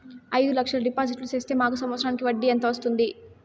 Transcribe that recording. అయిదు లక్షలు డిపాజిట్లు సేస్తే మాకు సంవత్సరానికి వడ్డీ ఎంత వస్తుంది?